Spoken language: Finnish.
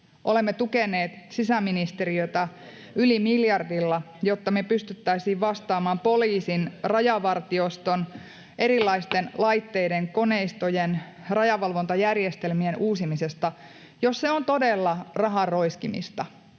olemme tukeneet sisäministeriötä yli miljardilla, jotta me pystyisimme vastaamaan poliisin ja Rajavartioston erilaisten laitteiden, koneistojen ja rajavalvontajärjestelmien uusimisesta, jos se on todella rahan roiskimista